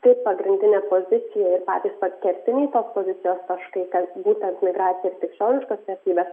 tai pagrindinė pozicija ir patys kertiniai tos pozicijos taškai būtent migracija ir krikščioniškos vertybės